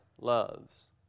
loves